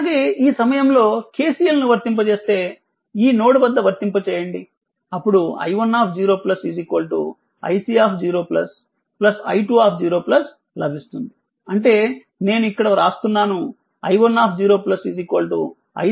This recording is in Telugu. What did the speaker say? అలాగే ఈ సమయంలో KCL ను వర్తింపజేస్తే ఈ నోడ్ వద్ద వర్తింపజేయండి అప్పుడు i10 iC0 i20 లభిస్తుంది అంటే నేను ఇక్కడ రాస్తున్నాను i10 iC0 i20